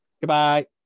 goodbye